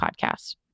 podcast